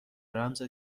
رمز